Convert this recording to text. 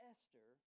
Esther